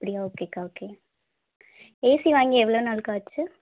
அப்படியா ஓகே அக்கா okay AC வாங்கி எவ்வளோ நாள் அக்கா ஆச்சு